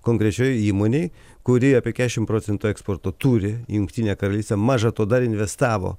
konkrečioje įmonėj kuri apie keturiasdešim procentų eksporto turi jungtinę karalystę maža to dar investavo